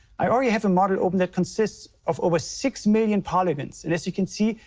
i already have a model open that consists of over six million polygons and, as you can see,